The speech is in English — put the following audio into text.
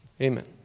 Amen